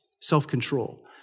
self-control